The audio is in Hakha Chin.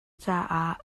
caah